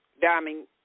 Diamond